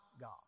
God